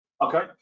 Okay